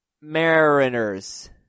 Mariners